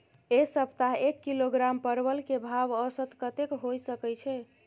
ऐ सप्ताह एक किलोग्राम परवल के भाव औसत कतेक होय सके छै?